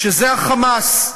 שזה ה"חמאס".